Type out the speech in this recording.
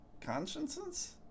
Consciences